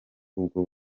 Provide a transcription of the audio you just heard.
ubwo